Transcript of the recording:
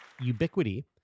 ubiquity